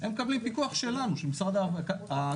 הם מקבלים פיקוח שלנו של משרד הכלכלה,